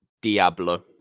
Diablo